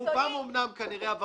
רובם, אומנם, כנראה עבריינים,